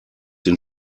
den